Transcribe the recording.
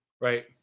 Right